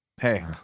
Hey